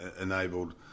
enabled